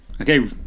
Okay